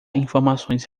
informações